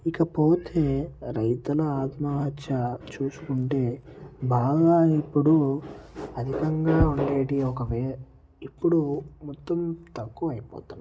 ఇకపోతే రైతుల ఆత్మహత్య చూసుకుంటే బాగా ఇప్పుడు అధికంగా ఉండేటివి ఒకవే ఇప్పుడు మొత్తం తక్కువైపోతున్నాయి